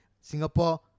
Singapore